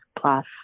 plus